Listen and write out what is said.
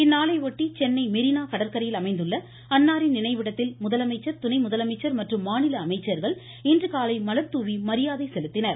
இந்நாளையொட்டி சென்னை மெரீனா கடற்கரையில் அமைந்துள்ள அன்னாரின் நினைவிடத்தில் முதலமைச்சா் துணை முதலமைச்சா் மற்றும் மாநில அமைச்சா்கள் மலர் தூவி மரியாதை செலுத்தினர்